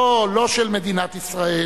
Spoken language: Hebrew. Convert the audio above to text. לא, לא של מדינת ישראל,